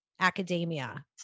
academia